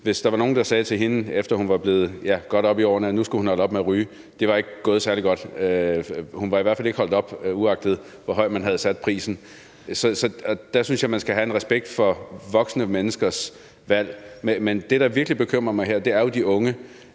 hvis der var nogen, der havde sagt til hende, efter at hun var kommet godt op i årene, at nu skulle hun holde op med at ryge, var det ikke gået særlig godt, hun var i hvert fald ikke holdt op, uagtet hvor højt man havde sat prisen. Så når det kommer til ældre mennesker, der ryger, synes jeg, man skal have en respekt for voksne menneskers valg. Men det, der virkelig bekymrer mig her, er jo de unge.